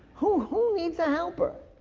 who, who needs a helper?